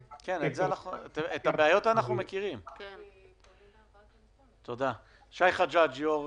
אנחנו מבקשים שהכנסת תורה או משרד האוצר יורה על